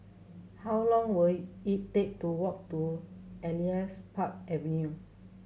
how long will it take to walk to Elias Park Avenue